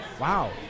wow